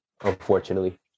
unfortunately